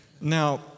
Now